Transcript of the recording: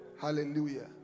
Hallelujah